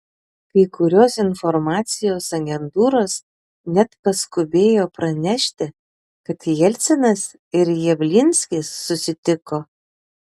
kai kurios informacijos agentūros net paskubėjo pranešti kad jelcinas ir javlinskis susitiko